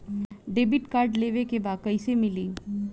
Debit card लेवे के बा कईसे मिली?